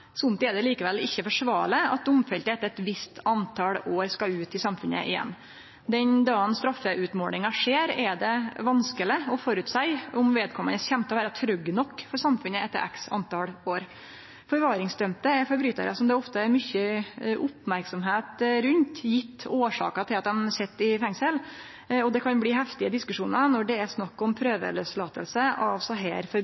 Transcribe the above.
kjem til å gjere ny kriminalitet. Tidsbestemt straff er det som er regelen. Folk skal få ein dom der det blir fastsett eit tidspunkt for når dei er ferdige med å sone. Somtid er det likevel ikkje forsvarleg at domfelte etter eit visst tal år skal ut i samfunnet igjen. Den dagen straffeutmålinga skjer, er det vanskeleg å føreseie om vedkomande kjem til å vere trygg nok for samfunnet etter x tal år. Forvaringsdømde er forbrytarar som det ofte er mykje merksemd kring,